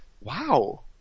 wow